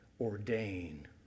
ordain